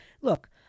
look